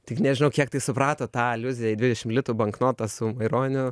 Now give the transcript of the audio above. tik nežinau kiek tai suprato tą aliuziją į dvidešim litų banknotą su maironiu